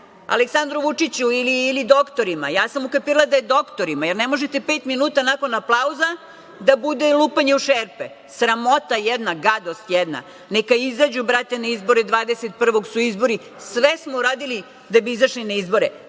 Aleksandru Vučiću ili doktorima? Ja sam ukapirala da je doktorima, jer ne možete pet minuta nakon aplauza da bude lupanje u šerpe. Sramota jedna, gadost jedna. Neka izađu na izbore 21. juna, sve smo uradili da bi izašli na izbore.